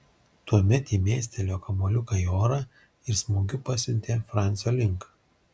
tuomet ji mestelėjo kamuoliuką į orą ir smūgiu pasiuntė francio link